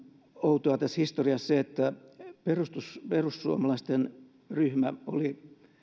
outoa tässä historiassa se että perussuomalaisten ryhmä oli